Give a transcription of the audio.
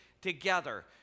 together